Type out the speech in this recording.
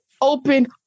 open